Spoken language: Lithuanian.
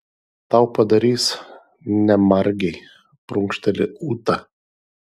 tau padarys ne margei prunkšteli ūta